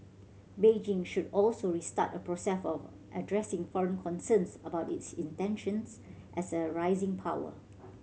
Beijing should also restart a process of addressing foreign concerns about its intentions as a rising power